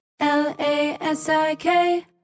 L-A-S-I-K